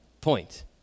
point